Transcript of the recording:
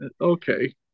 Okay